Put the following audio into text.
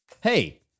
Hey